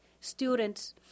students